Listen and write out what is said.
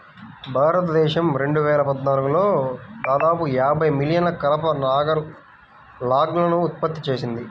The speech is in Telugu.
భారతదేశం రెండు వేల పద్నాలుగులో దాదాపు యాభై మిలియన్ల కలప లాగ్లను ఉత్పత్తి చేసింది